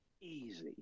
easy